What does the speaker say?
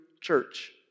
church